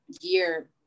year